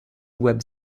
web